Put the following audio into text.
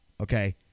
okay